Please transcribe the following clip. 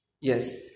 Yes